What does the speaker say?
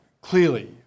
clearly